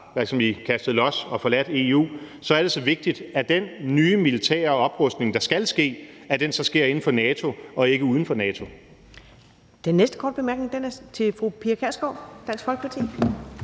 har kastet los og forladt EU, er det så vigtigt, at den nye militære oprustning, der skal ske, sker inden for NATO og ikke uden for NATO.